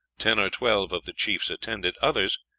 ten or twelve of the chiefs attended others,